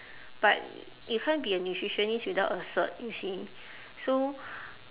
but you can't be a nutritionist without a cert you see so